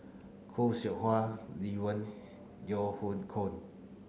Khoo Seow Hwa Lee Wen Yeo Hoe Koon